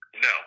no